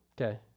Okay